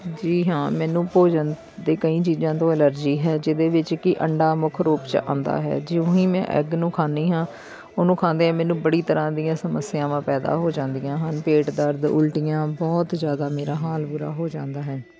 ਜੀ ਹਾਂ ਮੈਨੂੰ ਭੋਜਨ ਦੇ ਕਈ ਚੀਜ਼ਾਂ ਤੋਂ ਐਲਰਜ਼ੀ ਹੈ ਜਿਹਦੇ ਵਿੱਚ ਕਿ ਅੰਡਾ ਮੁੱਖ ਰੂਪ 'ਚ ਆਉਂਦਾ ਹੈ ਜਿਉਂ ਹੀ ਮੈਂ ਐੱਗ ਨੂੰ ਖਾਂਦੀ ਹਾਂ ਉਹਨੂੰ ਖਾਂਦਿਆਂ ਮੈਨੂੰ ਬੜੀ ਤਰ੍ਹਾਂ ਦੀਆਂ ਸਮੱਸਿਆਵਾਂ ਪੈਦਾ ਹੋ ਜਾਂਦੀਆਂ ਹਨ ਪੇਟ ਦਰਦ ਉਲਟੀਆਂ ਬਹੁਤ ਜ਼ਿਆਦਾ ਮੇਰਾ ਹਾਲ ਬੁਰਾ ਹੋ ਜਾਂਦਾ ਹੈ